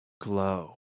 glow